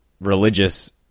religious